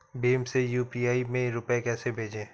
भीम से यू.पी.आई में रूपए कैसे भेजें?